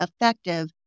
effective